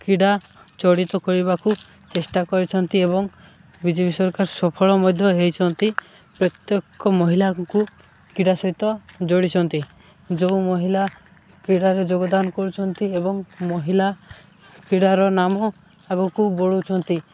କ୍ରୀଡ଼ା ଜଡ଼ିତ କରିବାକୁ ଚେଷ୍ଟା କରିଛନ୍ତି ଏବଂ ବିଜେପି ସରକାର ସଫଳ ମଧ୍ୟ ହେଇଛନ୍ତି ପ୍ରତ୍ୟେକ ମହିଳାଙ୍କୁ କ୍ରୀଡ଼ା ସହିତ ଯୋଡ଼ିଛନ୍ତି ଯୋଉ ମହିଳା କ୍ରୀଡ଼ାରେ ଯୋଗଦାନ କରୁଛନ୍ତି ଏବଂ ମହିଲା କ୍ରୀଡ଼ାର ନାମ ଆଗକୁ ବଳୋଉଛନ୍ତି